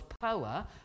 power